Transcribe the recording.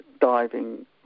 diving